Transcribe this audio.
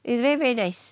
it's very very nice